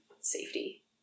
safety